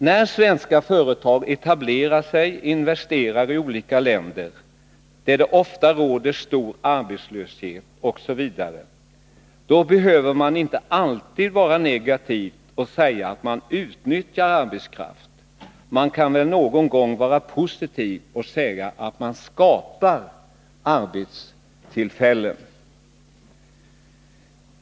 När svenska företag etablerar sig och investerar i olika länder där det ofta råder stor arbetslöshet osv., behöver man inte alltid vara negativ och säga att arbetskraften utnyttjas. Man kan väl någon gång vara positiv och säga att det skapas arbetstillfällen.